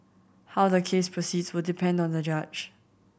how the case proceeds will depend on the judge